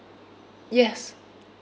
yes